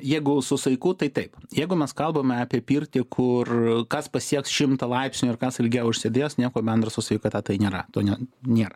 jeigu su saiku tai taip jeigu mes kalbame apie pirtį kur kas pasieks šimtą laipsnių ir kas ilgiau išsėdės nieko bendro su sveikata tai nėra to ne nėr